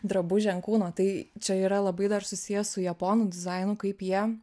drabužį ant kūno tai čia yra labai dar susiję su japonų dizainu kaip jie